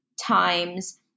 times